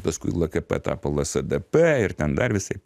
paskui lkp tapo lsdp ir ten dar visaip